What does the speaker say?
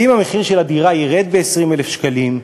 ואם המחיר של הדירה ירד ב-20,000 שקלים,